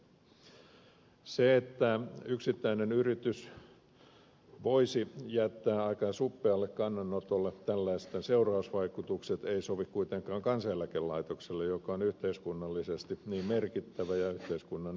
sellaisten asioiden seurausvaikutukset että yksittäinen yritys voitaisiin jättää aika suppealle kannanotolle eivät sovi kuitenkaan kansaneläkelaitokselle joka on yhteiskunnallisesti niin merkittävä ja yhteiskunnan ylläpitämä järjestelmä